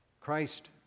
Christ